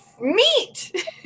meat